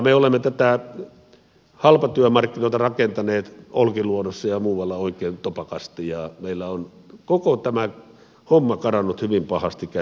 me olemme näitä halpatyömarkkinoita rakentaneet olkiluodossa ja muualla oikein topakasti ja meillä on koko tämä homma karannut hyvin pahasti käsistä